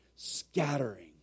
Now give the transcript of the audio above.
scattering